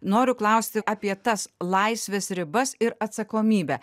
noriu klausti apie tas laisvės ribas ir atsakomybę